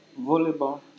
volleyball